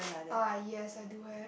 ah yes I do have